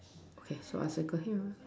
okay so I circle here